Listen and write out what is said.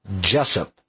Jessup